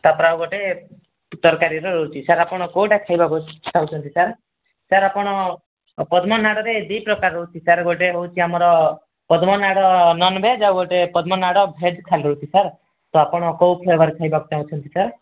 ତା'ପରେ ଆଉ ଗୋଟେ ତରକାରୀର ରହୁଛି ସାର୍ ଆପଣ କେଉଁଟା ଖାଇବାକୁ ଚାହୁଁଛନ୍ତି ସାର୍ ସାର୍ ଆପଣ ପଦ୍ମନାଡ଼ରେ ଦୁଇପ୍ରକାର ରହୁଛି ସାର୍ ଗୋଟେ ହେଉଛି ଆମର ପଦ୍ମନାଡ଼ ନନଭେଜ୍ ଆଉ ଗୋଟେ ପଦ୍ମନାଡ଼ ଭେଜ୍ ଖାଲି ରହୁଛି ସାର୍ ତ ଆପଣ କେଉଁ ଫ୍ଲେବର ଖାଇବାକୁ ଚାହୁଁଛନ୍ତି ସାର୍